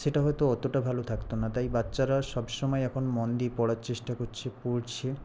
সেটা হয়তো অতটা ভালো থাকতো না তাই বাচ্চারা সবসময় এখন মন দিয়ে পড়ার চেষ্টা করছে পড়ছে